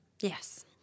Yes